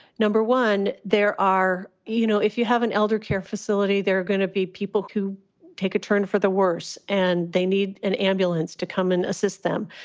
number one, there are you know, if you have an elder care facility, there are going to be people who take a turn for the worse and they need an ambulance to come and assist them.